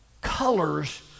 colors